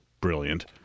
brilliant